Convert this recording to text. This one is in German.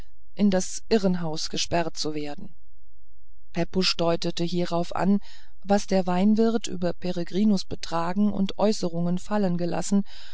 in das irrenhaus gesperrt zu werden pepusch deutete hierauf an was der weinwirt über peregrinus betragen und äußerungen fallen lassen